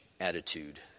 attitude